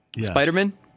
Spider-Man